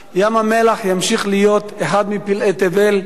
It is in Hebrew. ים-המלח ימשיך להיות אחד מפלאי תבל,